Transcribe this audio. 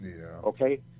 Okay